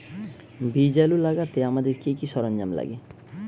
বীজ আলু লাগাতে আমাদের কি কি সরঞ্জাম লাগে?